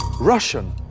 Russian